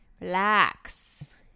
relax